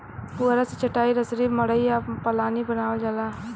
पुआरा से चाटाई, रसरी, मड़ई आ पालानी बानावल जाला